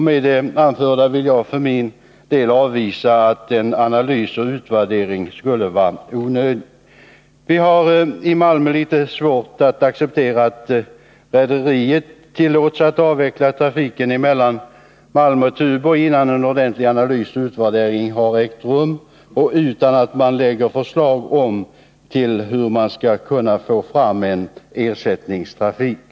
Med det anförda vill jag avvisa tanken att en analys och utvärdering skulle vara onödig. | Vi har i Malmö litet svårt att acceptera att rederiet tillåts att avveckla trafiken mellan Malmö och Tuborg innan en ordentlig analys och utvärdering ägt rum och utan att det finns förslag om hur man skall få till stånd en ersättningstrafik.